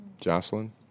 Jocelyn